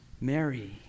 Mary